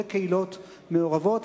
בקהילות מעורבות.